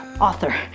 author